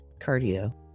cardio